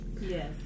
Yes